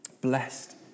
Blessed